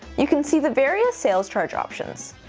you can see the various sales charge options.